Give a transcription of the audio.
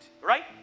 right